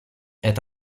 est